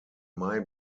mai